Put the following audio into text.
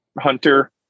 hunter